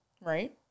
Right